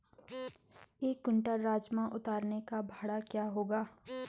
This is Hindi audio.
एक क्विंटल राजमा उतारने का भाड़ा क्या होगा?